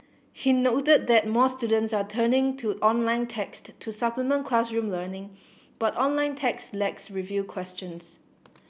he noted that more students are turning to online text to supplement classroom learning but online text lacks review questions